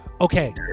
Okay